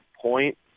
point